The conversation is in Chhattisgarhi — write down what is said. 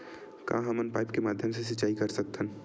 का हमन पाइप के माध्यम से सिंचाई कर सकथन?